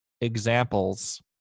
examples